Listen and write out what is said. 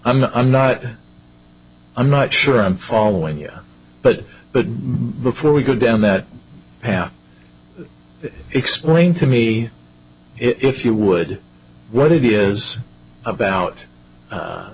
not i'm not i'm not sure i'm following you but but before we go down that path explain to me if you would what it is about